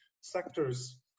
sectors